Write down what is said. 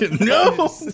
No